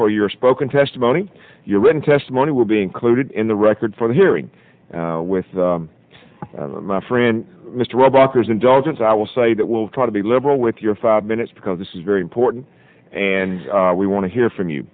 for your spoken testimony your written testimony will be included in the record for the hearing with my friend mr obama's indulgence i will say that will try to be liberal with your five minutes because this is very important and we want to hear from you